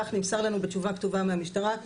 כך נמסר לנו בתשובה כתובה מהמשטרה,